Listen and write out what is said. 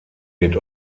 wird